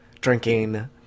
drinking